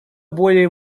более